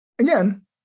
Again